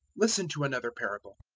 listen to another parable.